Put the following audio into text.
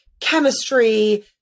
chemistry